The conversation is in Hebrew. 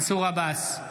מנסור עבאס,